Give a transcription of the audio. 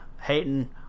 hating